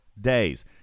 days